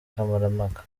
kamarampaka